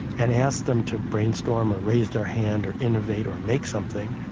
and ask them to brainstorm or raise their hand or innovate or make something,